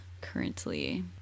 currently